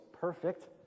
perfect